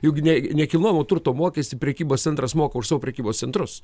juk nei nekilnojamo turto mokestį prekybos centras moka už prekybos centrus